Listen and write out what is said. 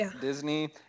Disney